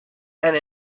and